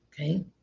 Okay